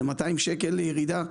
זה 200 שקל לירידה,